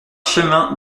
chemin